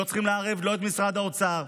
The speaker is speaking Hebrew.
לא צריך לערב את משרד האוצר.